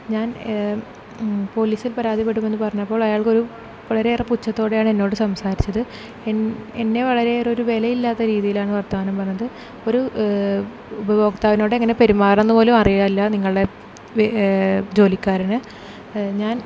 ഞാൻ പോലീസിൽ പരാതിപ്പെടുമെന്ന് പറഞ്ഞപ്പോൾ അയാൾക്ക് ഒരു വളരെയേറെ പുച്ഛത്തോടെയാണ് എന്നോട് സംസാരിച്ചത് എന്നെ വളരെയേറെ ഒരു വിലയില്ലാത്ത രീതിയിലാണ് വർത്തമാനം പറഞ്ഞത് ഒരു ഉപഭോക്താവിനോട് എങ്ങനെ പെരുമാറണം എന്ന് പോലും അറിയില്ല നിങ്ങളുടെ ജോലിക്കാരന് ഞാൻ